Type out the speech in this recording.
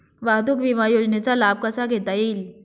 वाहतूक विमा योजनेचा लाभ कसा घेता येईल?